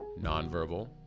nonverbal